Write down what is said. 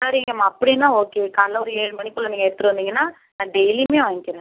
சரிங்கம்மா அப்படினா ஓகே காலையில் ஒரு ஏழு மணிக்குள் நீங்கள் எடுத்துனு வந்தீங்கனால் நான் டெய்லியுமே வாங்கிக்கிறேன்